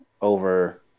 over